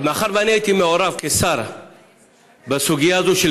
מאחר שהייתי מעורב כשר בסוגיה הזאת,